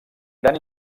gran